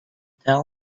tell